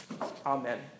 Amen